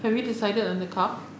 have we decided on the car